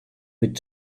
mit